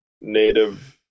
native